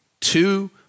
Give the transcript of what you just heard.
Two